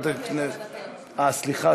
סליחה,